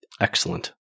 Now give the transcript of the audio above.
Excellent